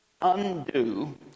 undo